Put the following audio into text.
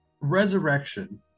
Resurrection